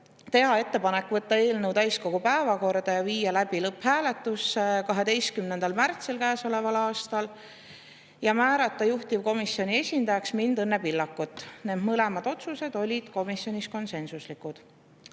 teha ettepanek võtta eelnõu täiskogu päevakorda ja viia läbi lõpphääletus 12. märtsil käesoleval aastal ning määrata juhtivkomisjoni esindajaks mind, Õnne Pillakut. Mõlemad komisjoni otsused olid konsensuslikud.